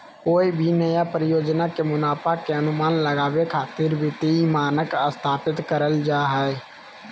कोय भी नया परियोजना के मुनाफा के अनुमान लगावे खातिर वित्तीय मानक स्थापित करल जा हय